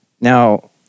Now